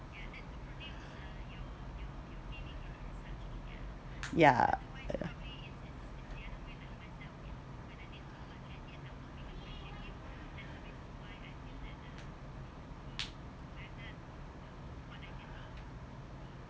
yeah